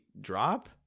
drop